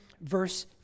verse